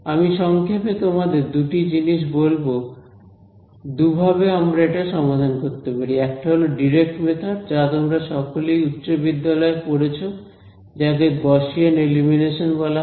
আমি সংক্ষেপে তোমাদের দুটি জিনিস বলব দুভাবে আমরা এটা সমাধান করতে পারি একটা হল ডিরেক্ট মেথড যা তোমরা সকলেই উচ্চ বিদ্যালয় এ পড়েছ যাকে গসিয়ান এলিমিনেশন বলা হয়